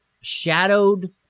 shadowed